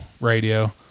radio